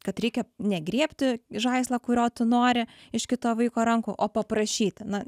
kad reikia ne griebti žaislą kurio tu nori iš kito vaiko rankų o paprašyti na